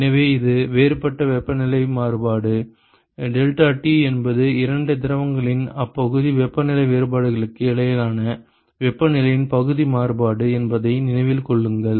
எனவே இது வேறுபட்ட வெப்பநிலை மாறுபாடு டெல்டாடி என்பது இரண்டு திரவங்களின் அப்பகுதி வெப்பநிலை வேறுபாடுகளுக்கு இடையிலான வெப்பநிலையின் பகுதி மாறுபாடு என்பதை நினைவில் கொள்ளுங்கள்